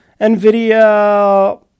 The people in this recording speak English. NVIDIA